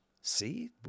See